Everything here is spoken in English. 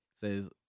says